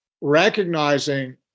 recognizing